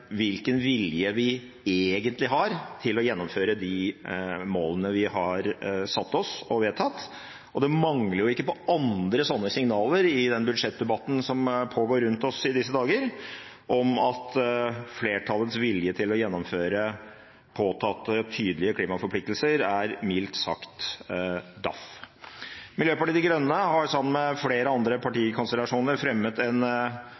hvilken vilje vi egentlig har til å gjennomføre de målene vi har satt oss og vedtatt. Det mangler ikke på andre sånne signaler i den budsjettdebatten som pågår rundt oss i disse dager, om at flertallets vilje til å gjennomføre påtatte tydelige klimaforpliktelser er mildt sagt daff. Miljøpartiet De Grønne har sammen med flere andre partikonstellasjoner vært med på å fremme en